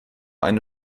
eine